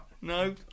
No